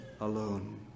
alone